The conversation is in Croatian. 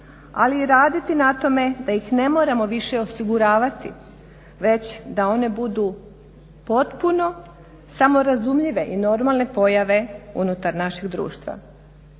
ali i raditi na tome da ih ne moramo više osiguravati već da one budu potpuno samorazumljive i normalne pojave unutar našeg društva.